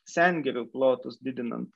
sengirių plotus didinant